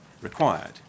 required